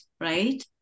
right